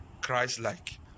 Christ-like